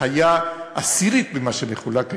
היה עשירית ממה שמחולק היום,